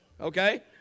Okay